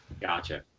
Gotcha